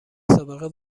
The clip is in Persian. سابقه